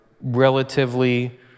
relatively